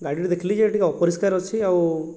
ଗାଡ଼ିରେ ଦେଖିଲି ଯେ ଟିକେ ଅପରିଷ୍କାର ଅଛି ଆଉ